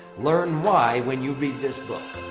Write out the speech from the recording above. learn why when you read this book.